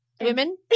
women